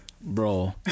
Bro